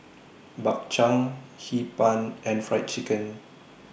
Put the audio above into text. Bak Chang Hee Pan and Fried Chicken